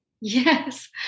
Yes